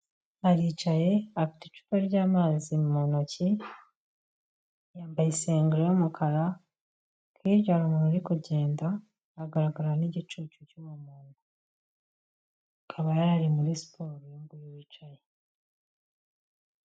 Aricaye afite icupa ry'amazi mu ntoki yambaye isengeri y'umukara, hirya hari umuntu uri kugenda agaragara n'igicucu cy'umuntu akaba yari muri siporo uyunguyu wicaye.